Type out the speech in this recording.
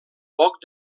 poc